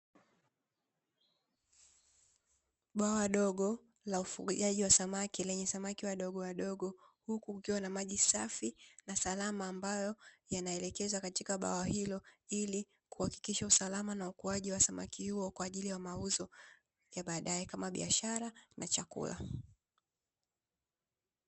Bwawa dogo, la ufugaji wa samaki lenye samaki wadogowadogo huku kukiwa na maji safi na salama ambayo yanaelekezwa katika bwa hilo, ili kuhakikisha usalama na ukuaji wa samaki huo kwa ajili ya mauzo ya baadaye kama biashara na chakula.